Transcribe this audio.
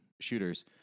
shooters